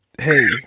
hey